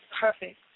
perfect